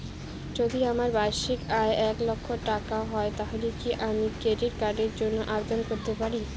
যদি আমার বার্ষিক আয় এক লক্ষ টাকা হয় তাহলে কি আমি ক্রেডিট কার্ডের জন্য আবেদন করতে পারি?